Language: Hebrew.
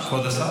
כבוד השר,